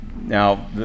Now